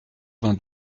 vingt